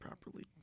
properly